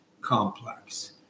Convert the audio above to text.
complex